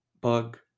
bug